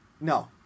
No